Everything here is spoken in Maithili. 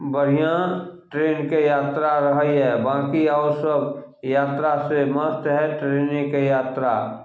बढ़िआँ ट्रेनके यात्रा रहइए बाकी आओर सभ यात्रासँ मस्त हइ ट्रेनेके यात्रा